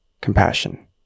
compassion